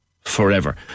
forever